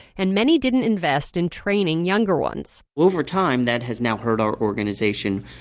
and many didn't invest in training younger ones over time that has now hurt our organization,